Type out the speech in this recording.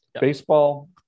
baseball